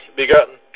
begotten